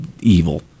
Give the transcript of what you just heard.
evil